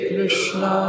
Krishna